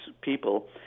people